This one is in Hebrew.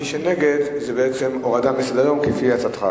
מי שנגד, זה בעצם הורדה מסדר-היום, כפי שהצעת.